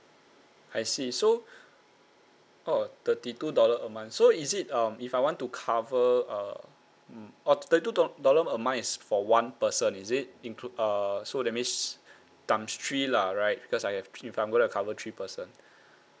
I see so oh thirty two dollar a month so is it um if I want to cover uh mm oh thirty two do~ dollar a month is for one person is it include err so that means times three lah right because I have if I'm gonna cover three person